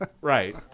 right